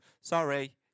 Sorry